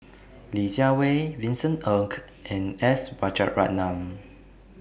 Li Jiawei Vincent Ng and S Rajaratnam